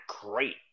great